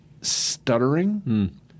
stuttering